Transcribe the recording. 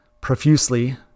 profusely